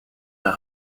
est